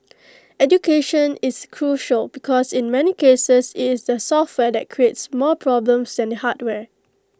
education is crucial because in many cases IT is the software that creates more problems than the hardware